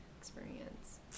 experience